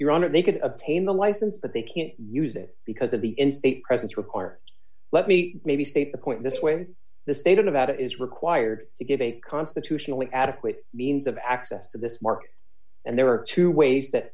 honor they could obtain the license but they can't use it because of the in state presence required let me maybe state the point in this way the state of nevada is required to give a constitutionally adequate means of access to this market and there are two ways that